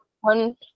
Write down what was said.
One